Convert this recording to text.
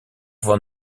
von